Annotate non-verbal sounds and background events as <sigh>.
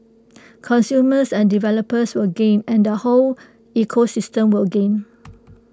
<noise> consumers and developers will gain and the whole ecosystem will gain